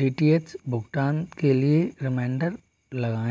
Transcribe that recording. D T H भुगतान के लिए रिमाइंडर लगाएँ